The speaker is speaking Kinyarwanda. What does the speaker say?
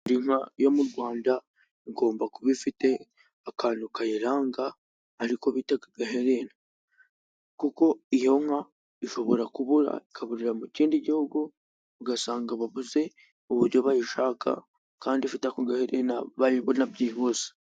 Inka yo mu Rwanda igomba kuba ifite, akantu kayiranga ariko bita agaherena, kuko iyo nka ishobora kubura ikaburira mu kindi gihugu ugasanga babuze uburyo bayishaka, kandi ifite ako gaherena bayibona byihuse.